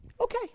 okay